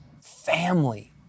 Family